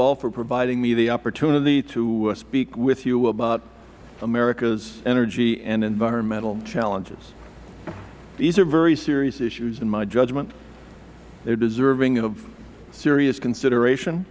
all for providing me the opportunity to speak with you about america's energy and environmental challenges these are very serious issues in my judgment they are deserving of serious consideration